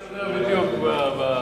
דב יודע בדיוק מה,